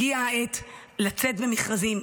הגיעה העת לצאת במכרזים.